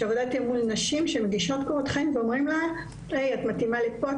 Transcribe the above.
שהעבודה תהיה מול נשים שמגישות קורות חיים ואומרים לה 'את מתאימה לפה,